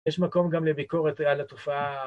יש מקום גם לביקורת על התופעה